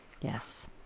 Yes